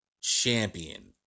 champion